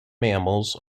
mammals